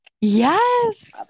yes